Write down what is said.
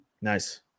Nice